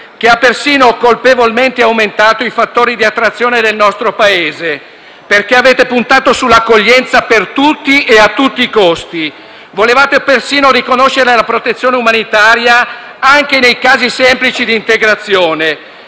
che ha persino colpevolmente aumentato i fattori di attrazione del nostro Paese, perché avete puntato sull'accoglienza per tutti e a tutti i costi. Volevate persino riconoscere la protezione umanitaria anche nei casi semplici di integrazione,